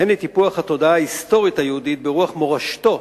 והן לטיפוח התודעה ההיסטורית היהודית ברוח מורשתו